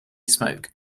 smoke